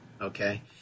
Okay